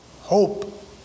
Hope